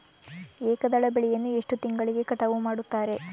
ಏಕದಳ ಬೆಳೆಯನ್ನು ಎಷ್ಟು ತಿಂಗಳಿಗೆ ಕಟಾವು ಮಾಡುತ್ತಾರೆ?